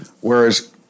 Whereas